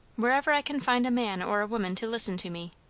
wherever i can find a man or a woman to listen to me.